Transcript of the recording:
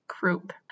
group